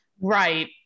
Right